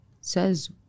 says